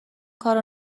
کارو